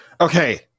Okay